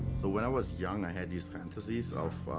so when i was young, i had these fantasies of, ah,